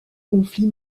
conflit